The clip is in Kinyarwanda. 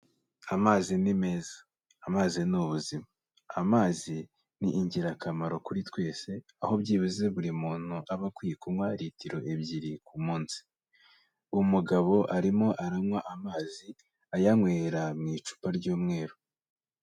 Amazi ni meza, amazi ni ubuzima. Amazi ni ingirakamaro kuri twese, aho byibuze buri muntu aba akwiye kunywa litiro ebyiri ku munsi. Umugabo arimo aranywa amazi, ayanywera mu icupa ry'umweru.